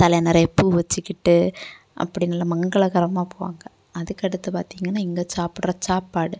தலை நிறையா பூ வெச்சுக்கிட்டு அப்படின்னுலாம் மங்களகரமாக போவாங்க அதுக்கு அடுத்து பார்த்தீங்கன்னா இங்கே சாப்பிட்ற சாப்பாடு